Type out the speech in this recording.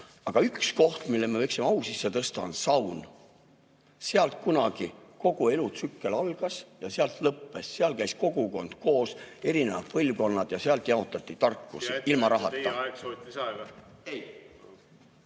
Aga üks koht, mille me võiksime au sisse tõsta, on saun. Sealt kunagi kogu elutsükkel algas ja seal lõppes. Seal käis kogukond koos, erinevad põlvkonnad, ja sealt jaotati tarkust, ilma rahata.